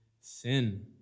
sin